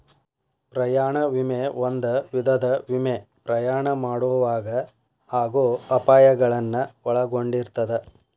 ಪ್ರಯಾಣ ವಿಮೆ ಒಂದ ವಿಧದ ವಿಮೆ ಪ್ರಯಾಣ ಮಾಡೊವಾಗ ಆಗೋ ಅಪಾಯಗಳನ್ನ ಒಳಗೊಂಡಿರ್ತದ